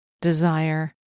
desire